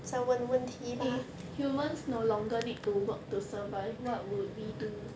if humans no longer need to work to survive what would we do